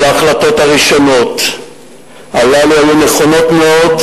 כל ההחלטות הראשונות הללו היו נכונות מאוד,